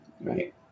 Right